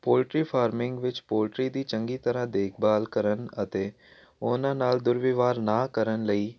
poultry farming ਵਿੱਚ poultry ਦੀ ਚੰਗੀ ਤਰ੍ਹਾਂ ਦੇਖਭਾਲ ਕਰਨ ਅਤੇ ਉਹਨਾਂ ਨਾਲ ਦੁਰਵਿਵਹਾਰ ਨਾ ਕਰਨ ਲਈ